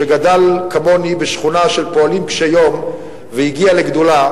שגדל כמוני בשכונה של פועלים קשי יום והגיע לגדולה,